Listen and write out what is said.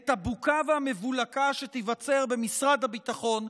את הבוקה והמבולקה שתיווצר במשרד הביטחון,